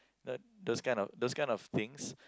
uh those kind of those kind of things